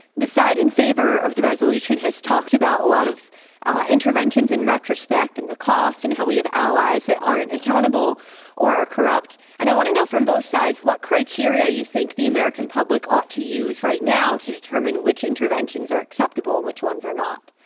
the side in favor of the resolution has talked about a lot of interventions in retrospect and the cost and how we have allies that aren't accountable or are corrupt. and i want to know from both sides what criteria you think the american public ought to use right now to determine which interventions are acceptable, which ones are not?